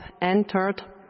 entered